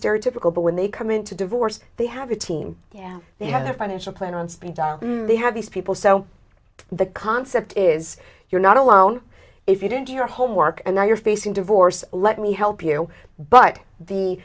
stereotypical but when they come into divorce they have a team yes they had a financial plan on speed dial they have these people so the concept is you're not alone if you didn't do your homework and now you're facing divorce let me help you but the